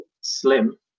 slim